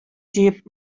җыеп